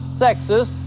sexist